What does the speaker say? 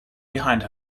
behind